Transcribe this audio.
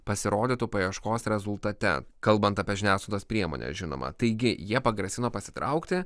pasirodytų paieškos rezultate kalbant apie žiniasklaidos priemones žinoma taigi jie pagrasino pasitraukti